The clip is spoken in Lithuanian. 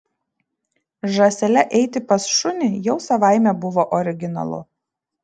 žąsele eiti pas šunį jau savaime buvo originalu